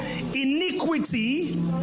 iniquity